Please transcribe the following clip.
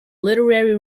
literary